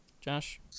Josh